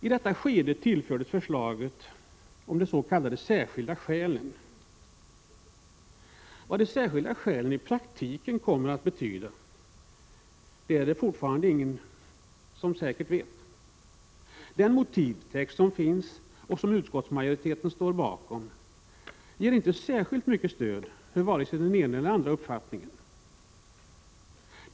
I detta skede tillfördes förslaget om de s.k. särskilda skälen. Vad de särskilda skälen i praktiken kommer att betyda är det fortfarande ingen som säkert vet. Den motivtext som finns och som utskottsmajoriteten står bakom ger inte särskilt mycket stöd för vare sig den ena eller andra uppfattningen.